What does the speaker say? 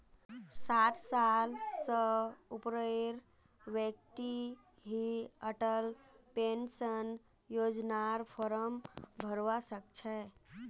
साठ साल स ऊपरेर व्यक्ति ही अटल पेन्शन योजनार फार्म भरवा सक छह